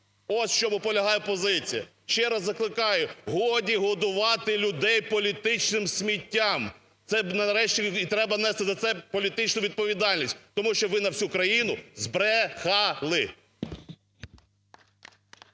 От, в чому полягає позиція. Ще раз закликаю: годі годувати людей політичним сміттям. Це нарешті і треба нести за це політичну відповідальність, тому що ви на всю країну збрехали.